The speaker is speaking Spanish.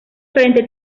frente